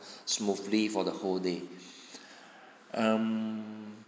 smoothly for the whole day